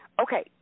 Okay